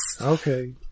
Okay